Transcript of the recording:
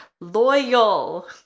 loyal